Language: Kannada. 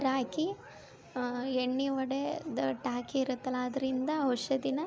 ನೀರು ಹಾಕಿ ಎಣ್ಣೆ ಒಡೆದು ಟ್ಯಾಕಿ ಇರ್ತಲ್ಲಾ ಅದರಿಂದ ಔಷಧಿನಾ